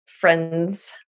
friends